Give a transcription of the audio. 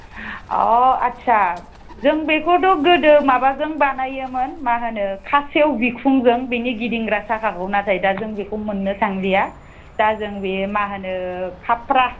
अ आस्सा जों बेखौथ' गोदो माबाजों बानायोमोन मा होनो खासेव बिखुंजों बिनि गिदिंग्रा साखाखौ नाथाय जों दा बेखौ मोननो थांलिया दा जों बे मा होनो खाफ्रा